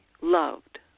loved